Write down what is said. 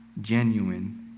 genuine